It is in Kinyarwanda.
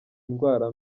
indwara